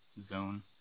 zone